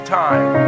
time